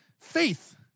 Faith